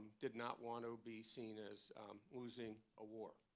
did not want to be seen as losing a war.